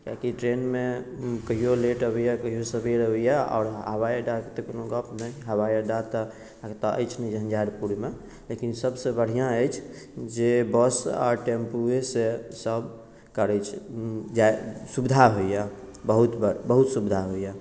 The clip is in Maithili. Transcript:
किआकि ट्रेनमे कहियो लेट अबैया कहियो सवेर अबैया आओर हवाइ अड्डाके तऽ कओनो गप नहि हवाइ अड्डा तऽ अहाँकेँ अछि नहि झंझारपुरमे लेकिन सबसे बढ़िआँ अछि जे बस आओर टेम्पूए से सब करैत छै जाय सुविधा होइया बहुत बहुत सुविधा होइया